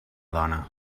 dona